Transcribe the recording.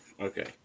Okay